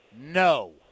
no